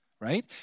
Right